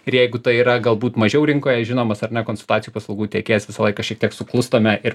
ir jeigu tai yra galbūt mažiau rinkoje žinomas ar ne konsultacijų paslaugų tiekėjas visą laiką šiek tiek suklūstame ir